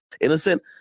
innocent